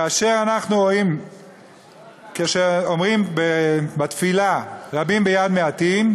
כאשר אומרים בתפילה: רבים ביד מעטים,